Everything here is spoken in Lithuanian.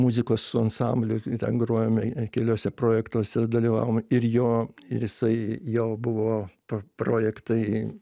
muzikos su ansambliu ten grojome keliuose projektuose dalyvavom ir jo ir jisai jo buvo projektai